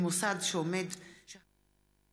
ויום הזיכרון לשואה ולגבורה במוסדות חינוך (תיקוני